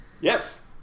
Yes